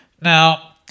Now